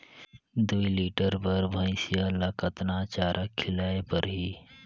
दुई लीटर बार भइंसिया ला कतना चारा खिलाय परही?